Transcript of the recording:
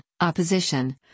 opposition